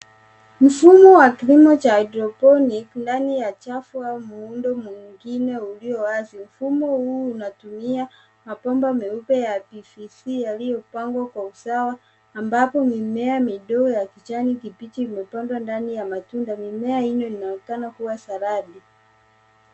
Mfumo wa kilimo cha hydroponic , ndani ya chafu muundo mwingine ulio wazi. Mfumo huu unatumia mabomba meupe ya PVC yaliyopangwa kwa usawa ambapo mimea midogo ya kijani kibichi imepandwa ndani ya matunda. Mimea hiyo ninaonekana kuwa saladi.